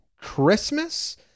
Christmas